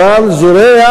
אלא זורע